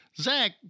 Zach